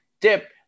dip